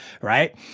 Right